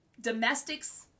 Domestics